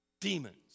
demons